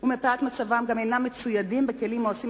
ומפאת מצבם הם גם אינם מצוידים בכלים שעושים